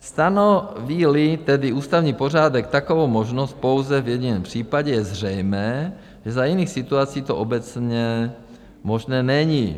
Stanovíli tedy ústavní pořádek takovou možnost pouze v jediném případě, je zřejmé, že za jiných situací to obecně možné není.